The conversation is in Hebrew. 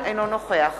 אינו נוכח